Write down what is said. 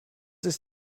ist